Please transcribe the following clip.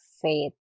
faith